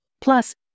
Plus